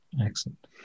Excellent